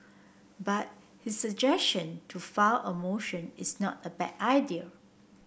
but his suggestion to file a motion is not a bad idea